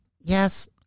Yes